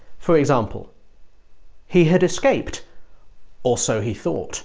for example he had escaped or so he thought